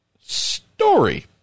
story